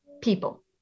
people